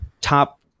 top